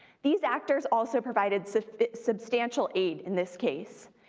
these actors also provided substantial aid in this case.